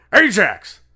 Ajax